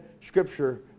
scripture